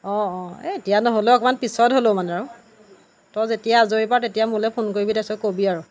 অঁ অঁ এতিয়া নহ'লেও অকণমান পিছত হ'লেও মানে আৰু তই যেতিয়া আজৰি পাৱ তেতিয়া মোলৈ ফোন কৰিবি তাৰপিছত ক'বি আৰু